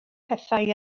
pethau